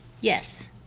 Yes